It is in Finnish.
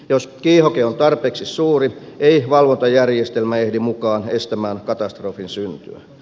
jos kiihoke on tarpeeksi suuri ei valvontajärjestelmä ehdi mukaan estämään katastrofin syntyä